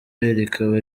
rikaba